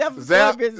Zap